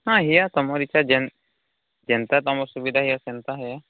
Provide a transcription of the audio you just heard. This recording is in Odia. ହଁ ହେଇଟା ତୁମର ଇଛା ଯେନ୍ ଯେନ୍ତା ତୁମର ସୁବିଧା ହେଇ ସେନ୍ତା ହେ